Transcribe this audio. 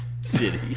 city